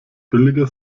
billiger